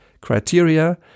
criteria